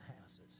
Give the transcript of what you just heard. houses